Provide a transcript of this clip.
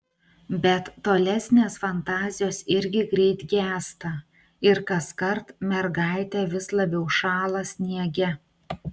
bet tolesnės fantazijos irgi greit gęsta ir kaskart mergaitė vis labiau šąla sniege